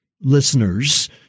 listeners